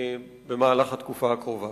בתקופה הקרובה.